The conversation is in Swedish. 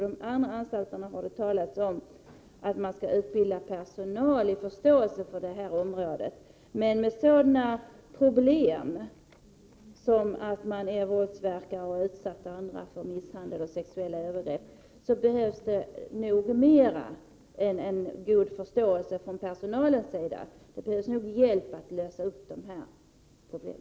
Det har talats om att utbilda personalen på andra anstalter för bättre förståelse, men med sådana problem som att vara våldsverkare och utsätta andra för misshandel och sexuella övergrepp behöver man nog mera än en god förståelse från personalens sida. Det behövs nog kvalificerad hjälp för att lösa sådana problem!